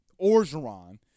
Orgeron